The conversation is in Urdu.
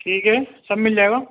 ٹھیک ہے سب مل جائے گا